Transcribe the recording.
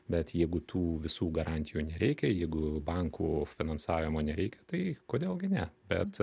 bet jeigu tų visų garantijų nereikia jeigu bankų finansavimo nereikia tai kodėl gi ne bet